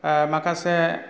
माखासे